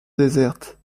déserte